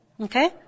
Okay